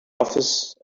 office